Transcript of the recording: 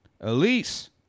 Elise